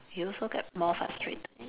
you also get more frustrated in the end